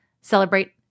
celebrate